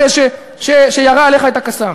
איזו זכות יש לך?